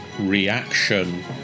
reaction